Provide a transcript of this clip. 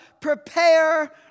prepare